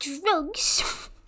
drugs